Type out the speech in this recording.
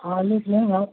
हाँ लिख लेंगे आप